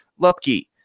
Lupke